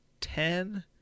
ten